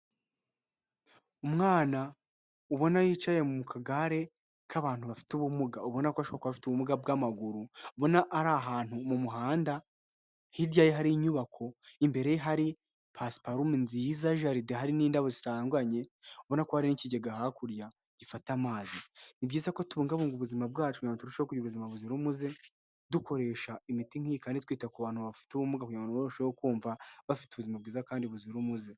Umwana ubona yicaye mu kagare k'abantu bafite ubumuga, ubona ko ashobora kuba bafite ubumuga bw'amaguru, mbona ari ahantu mu muhanda hiryaya hari inyubako, imbere ye hari pasiparume nziza garidi hari n'indabo zisaganye ubona ko hari n'ikigega hakurya gifata amazi, ni byiza kubungabunga ubuzima bwacu kugirango ubuzima buzira umuze dukoresha imiti nkiyi kandi twita ku bantu bafite ubumuga kugirango barusheho kumva bafite ubuzima bwiza kandi buzira umuze.